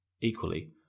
Equally